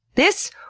this.